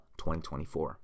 2024